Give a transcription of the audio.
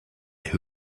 who